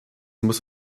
muss